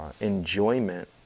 enjoyment